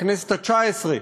בכנסת התשע-עשרה,